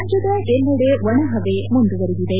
ರಾಜ್ಯದ ಎಲ್ಲೆಡೆ ಒಣಹವೆ ಮುಂದುವರೆದಿದೆ